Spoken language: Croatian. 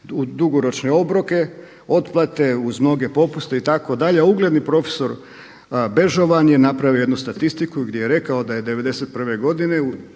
dugoročne obroke otplate uz mnoge popuste itd. A ugledni profesor Bežovan je napravio jednu statistiku gdje je rekao da je '91. godine